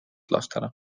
lastele